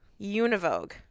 univogue